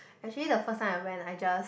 actually the first time I went I just